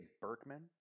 Berkman